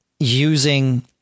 using